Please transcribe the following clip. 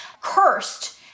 cursed